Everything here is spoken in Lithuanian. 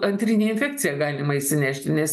antrinę infekciją galima įsinešti nes